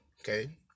okay